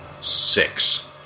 Six